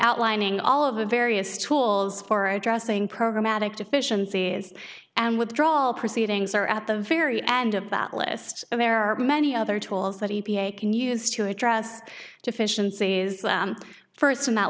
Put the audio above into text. outlining all of the various tools for addressing programatic deficiencies and withdraw all proceedings or at the very end of that list there are many other tools that e p a can use to address deficiencies first some that